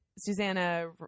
Susanna